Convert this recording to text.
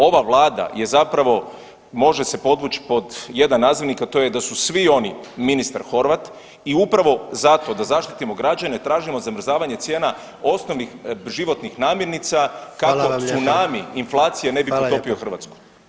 Ova Vlada je zapravo, može se podvući pod jedan nazivnik, a to je da su svi oni ministar Horvat i upravo zato, da zaštitimo građane tražimo zamrzavanje cijena osnovnih životnih namirnica kako [[Upadica: Hvala vam lijepa.]] tsunami inflacije ne bi potopio [[Upadica: Hvala lijepa.]] Hrvatsku.